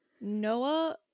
Noah